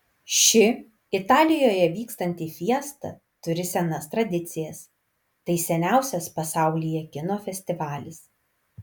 ši italijoje vykstanti fiesta turi senas tradicijas tai seniausias pasaulyje kino festivalis